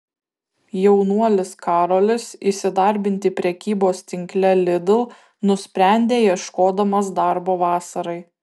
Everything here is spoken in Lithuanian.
jaunuolis karolis įsidarbinti prekybos tinkle lidl nusprendė ieškodamas darbo vasarai